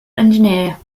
engineer